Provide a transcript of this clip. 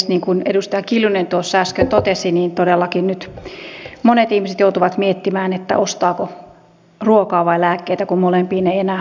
niin kuin edustaja kiljunen tuossa äsken totesi niin todellakin nyt monet ihmiset joutuvat miettimään ostaako ruokaa vai lääkkeitä kun molempiin eivät enää varat riitä